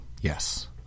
yes